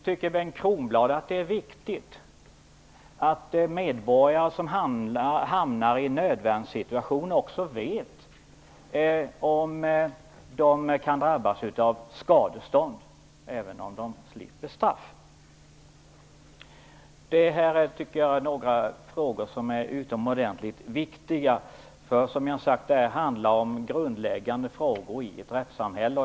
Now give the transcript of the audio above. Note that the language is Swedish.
Tycker Bengt Kronblad att det är viktigt att medborgare som hamnar i en nödvärnssituation också vet om de kan drabbas av skadeståndskrav, även om de slipper straff? Detta tycker jag är några frågor som är utomordentligt viktiga. För, som jag har sagt, det här handlar om grundläggande frågor i ett rättssamhälle.